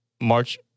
March